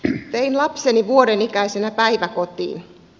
vein lapseni vuoden ikäisenä päiväkotiin